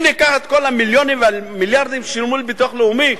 אם ניקח את כל המיליונים והמיליארדים ששילמו לביטוח לאומי,